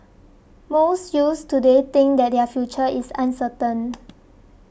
most youths today think that their future is uncertain